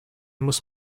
muss